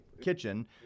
kitchen